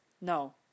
No